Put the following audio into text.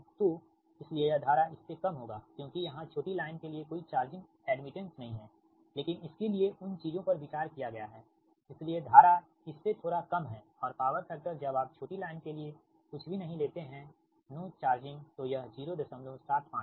तो इसीलिए यह धारा इस से कम होगा क्योंकि यहां छोटी लाइन के लिए कोई चार्जिंग एड्मिटेंस नहीं हैलेकिन इसके लिए उन चीजों पर विचार किया गया है इसीलिए धारा इस से थोड़ा कम है और पॉवर फैक्टर जब आप छोटी लाइन के लिए कुछ भी नहीं लेते हैनो चार्जिंग तो यह 075 है